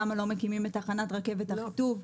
למה לא מקימים את תחנות רכבת אחיטוב.